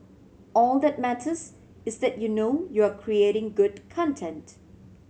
all that matters is that you know you're creating good content